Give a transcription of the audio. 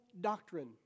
doctrine